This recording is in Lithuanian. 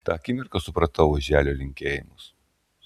tą akimirką supratau oželio linkėjimus